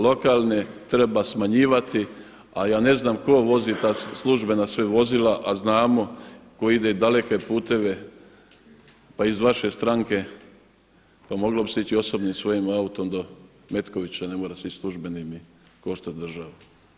Lokalne treba smanjivati, a ja ne znam tko vozi ta službena sve vozila, a znamo tko ide daleke puteve, pa iz vaše stranke, pa moglo bi se reći i osobnim svojim autom do Metkovića ne mora se ići službenim i koštat državu.